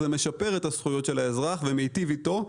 זה משפר את זכויות האזרח ומיטיב איתו.